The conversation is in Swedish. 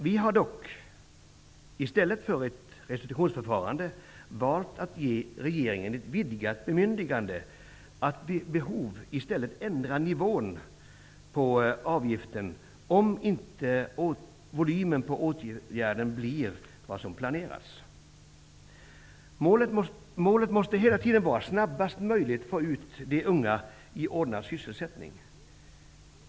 Vi har dock, i stället för ett restitutionsförfarande, valt att ge regeringen ett vidgat bemyndigande att vid behov, om inte volymen på åtgärden blir vad som planeras, ändra nivån på avgiften. Målet måste hela tiden vara att snabbast möjligt få ut de unga i ordnad sysselsättning.